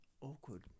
Awkward